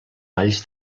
valls